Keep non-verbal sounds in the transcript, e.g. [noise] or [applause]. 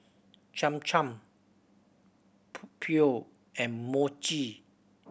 Cham Cham [unintelligible] Pho and Mochi